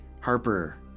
Harper